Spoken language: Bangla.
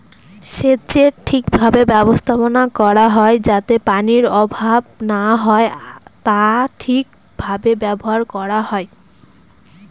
সেচের ঠিক ভাবে ব্যবস্থাপনা করা হয় যাতে পানির অভাব না হয় আর তা ঠিক ভাবে ব্যবহার করা হয়